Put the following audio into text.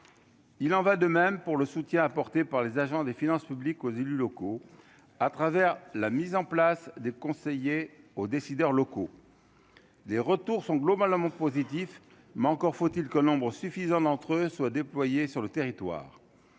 il en va de même pour le soutien apporté par les agents des finances publiques, aux élus locaux, à travers la mise en place des conseillers aux décideurs locaux, les retours sont globalement positifs mais encore faut-il que nombre suffisant d'entre eux soient déployés sur le territoire,